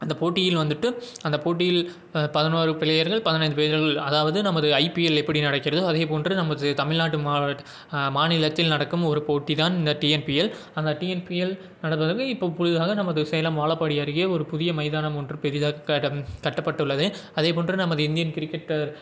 அந்த போட்டியில் வந்துட்டு அந்த போட்டியில் பதினோரு பிளேயர்கள் பதினைந்து பிளேயர்கள் அதாவது நமது ஐபீஎல் எப்படி நடக்கிறதோ அதேபோன்று நமது தமிழ்நாட்டு மாவட்ட மாநிலத்தில் நடக்கும் ஒரு போட்டி தான் அந்த டீஎன்பீஎல் அந்த டீஎன்பீஎல் நடந்ததுமே இப்போ புதிதாக நமது சேலம் வாழப்பாடி அருகே ஒரு புதிய மைதானம் ஒன்று பெரிதாக கட்ட கட்டப்பட்டுள்ளது அதேபோன்று நமது இந்தியன் கிரிக்கெட்டர்